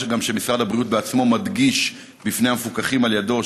מה שמשרד הבריאות בעצמו מדגיש בפני המפוקחים על ידו,